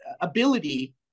ability